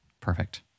perfect